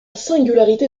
singularité